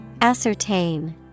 Ascertain